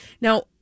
Now